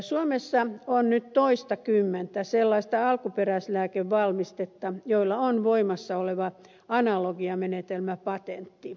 suomessa on nyt toistakymmentä sellaista alkuperäislääkevalmistetta joilla on voimassa oleva analogiamenetelmäpatentti